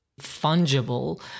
fungible